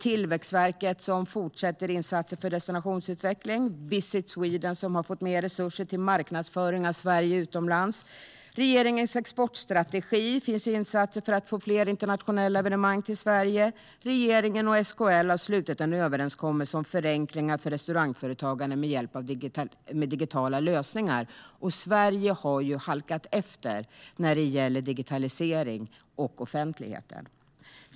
Tillväxtverket fortsätter att göra insatser för destinationsutveckling, och Visit Sweden har fått mer resurser till marknadsföring av Sverige utomlands. I regeringens exportstrategi finns insatser för att få fler internationella evenemang till Sverige, och regeringen och SKL har slutit en överenskommelse om förenklingar för restaurangföretagande med hjälp av digitala lösningar. Sverige har halkat efter när det gäller digitalisering och offentligheten.